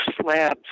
slabs